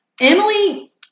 emily